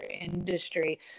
industry